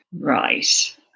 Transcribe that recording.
right